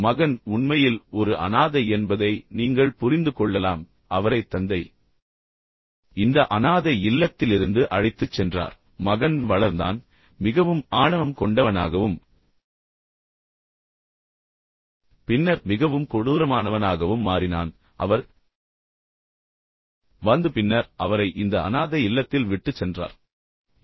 எனவே மகன் உண்மையில் ஒரு அனாதை என்பதை நீங்கள் புரிந்து கொள்ளலாம் அவரை தந்தை இந்த அனாதை இல்லத்திலிருந்து அழைத்துச் சென்றார் பின்னர் மகன் வளர்ந்தான் பின்னர் மிகவும் ஆணவம் கொண்டவனாகவும் பின்னர் மிகவும் கொடூரமானவனாகவும் மாறினான் தனக்கு இந்த வகையான பின்னணி இருந்திருக்கலாம் என்பதை அவர் உணரவில்லை பின்னர் அவர் வந்து பின்னர் அவரை இந்த அனாதை இல்லத்தில் விட்டுச் சென்றார்